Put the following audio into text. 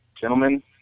gentlemen